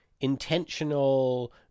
intentional